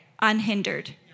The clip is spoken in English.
unhindered